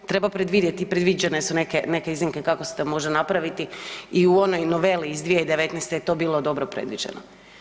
Treba predvidjeti i predviđene su neke iznimke kako se to može napraviti i u onoj noveli iz 2019. je to bilo dobro predviđeno.